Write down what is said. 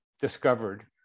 discovered